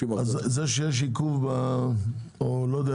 הנושא